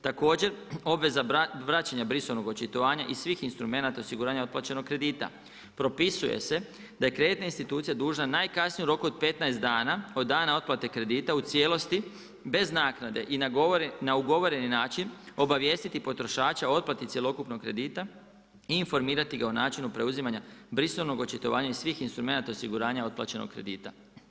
Također, obveza vraćanja brisanog očitovanja i svih instrumenata osiguranja otplaćenog kredita, propisuje se da je kreditna institucija dužna najkasnije u roku od 15 dana od dana otplate kredite, u cijelosti, bez naknade i na ugovoreni način, obavijestiti potrošača o otplati cjelokupnog kredita i informirati ga o načinu preuzimanja brisanog očitovanja iz svih instrumenata osiguranja otplaćenog kredita.